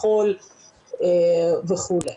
מחול וכולי.